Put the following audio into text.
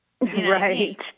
Right